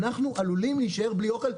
אנחנו עלולים להישאר בלי אוכל.